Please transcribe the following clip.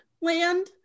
land